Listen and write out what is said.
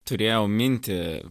turėjau mintį